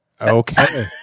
Okay